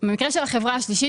במקרה של החברה השלישית,